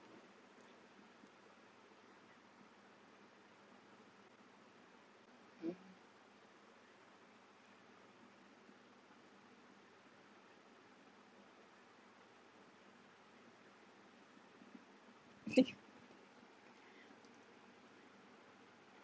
mm